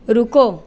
ਰੁਕੋ